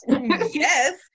Yes